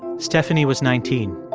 stephanie was nineteen.